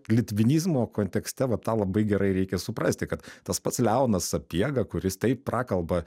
litvinizmo kontekste va tą labai gerai reikia suprasti kad tas pats leonas sapiega kuris taip prakalba